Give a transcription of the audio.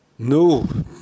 No